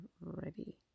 ready